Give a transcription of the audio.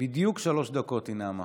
בדיוק שלוש דקות היא נאמה.